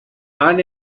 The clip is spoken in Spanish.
han